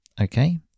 Okay